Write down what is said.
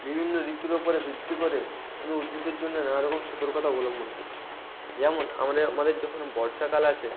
বিভিন্ন ঋতুর ওপরে ভিত্তি করে আমি উদ্ভিদের জন্য নানা রকম সতর্কতা অবলম্বন করি যেমন আমাদের আমাদের যখন বর্ষাকাল আসে